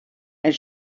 and